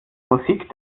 musik